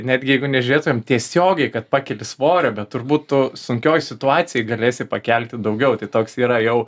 ir netgi jeigu nežiūrėtumėm tiesiogiai kad pakeli svorio bet turbūt tu sunkioj situacijoj galėsi pakelti daugiau tai toks yra jau